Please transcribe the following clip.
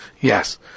Yes